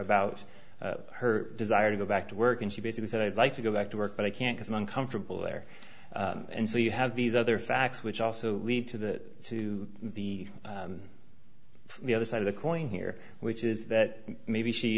about her desire to go back to work and she basically said i'd like to go back to work but i can't as i'm uncomfortable there and so you have these other facts which also lead to that to the the other side of the coin here which is that maybe she